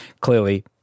Clearly